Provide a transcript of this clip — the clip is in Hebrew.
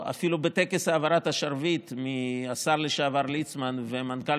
אפילו בטקס העברת השרביט מהשר לשעבר ליצמן ומנכ"ל